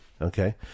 okay